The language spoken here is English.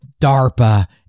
DARPA